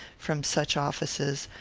from such offices,